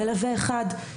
מלווה אחד,